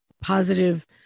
positive